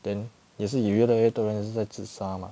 then 也是有越来越多人也是在自杀 mah